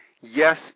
Yes